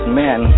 men